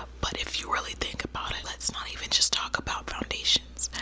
ah but if you really think about it, let's not even just talk about foundations.